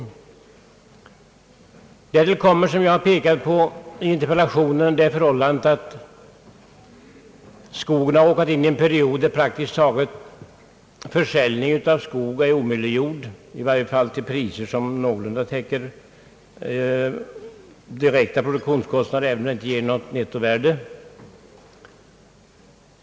Till detta kommer, vilket jag påpekade i min interpellation, det förhållandet att man i fråga om skogen har råkat in i en period, där praktiskt taget all försäljning av skog är omöjliggjord, i varje fall till priser som någorlunda täcker de direkta produktionskostnaderna även om de inte ger något netto.